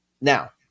now